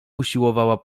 usiłowała